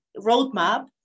roadmap